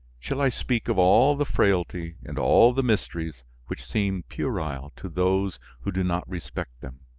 shall i speak of all the frailty and all the mysteries which seem puerile to those who do not respect them?